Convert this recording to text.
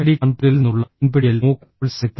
IIT കാൺപൂരിൽ നിന്നുള്ള NPTEL MOOC കോഴ്സാണിത്